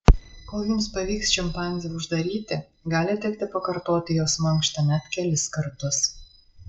kol jums pavyks šimpanzę uždaryti gali tekti pakartoti jos mankštą net kelis kartus